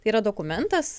tai yra dokumentas